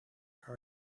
cart